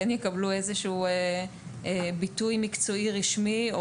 כן יקבלו ביטוי מקצועי רשמי,